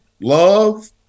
Love